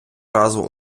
разу